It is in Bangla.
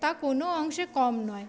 তা কোনো অংশে কম নয়